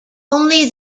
only